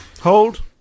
Hold